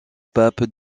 pape